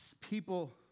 People